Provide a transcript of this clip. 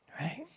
Right